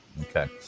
Okay